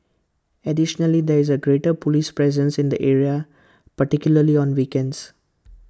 additionally there is A greater Police presence in the area particularly on weekends